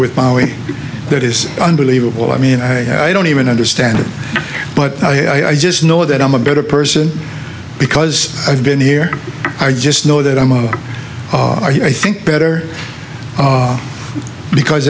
with that is unbelievable i mean i don't even understand it but i just know that i'm a better person because i've been here i just know that i'm i think better because